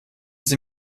sie